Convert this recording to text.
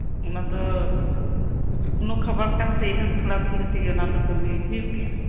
ᱚᱱᱟ ᱫᱚ ᱥᱩᱠᱱᱳ ᱠᱷᱟᱵᱟᱨ ᱠᱟᱱ ᱛᱮ ᱤᱱᱟᱹ ᱛᱷᱚᱲᱟ ᱛᱷᱩᱲᱤ ᱛᱮᱜᱮ ᱚᱱᱟ ᱫᱚ ᱠᱟᱢᱤ ᱦᱩᱭᱩᱜ ᱜᱮᱭᱟ